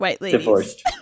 divorced